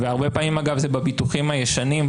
והרבה פעמים אגב זה בביטוחים הישנים,